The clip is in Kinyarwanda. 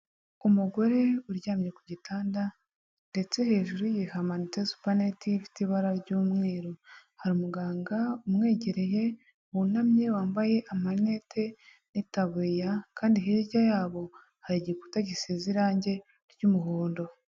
Umugore uryamye ku gitanda ndetse hejuru ye hamanitse supernet ifite ibara ry'umweru. Hari umuganga umwegereye wunamye wambaye amarinete n'itaburiya kandi hirya yabo hari igikuta gisize irangi ry'umuhondo.